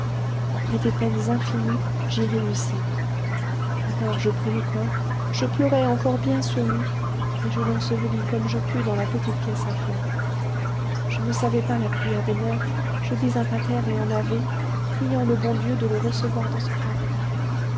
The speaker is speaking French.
après des peines infinies j'y réussis alors je pris le corps je pleurai encore bien sur lui et je l'ensevelis comme je pus dans la petite caisse à fleurs je ne savais pas la prière des morts je dis un pater et un ave priant le bon dieu de le recevoir dans son paradis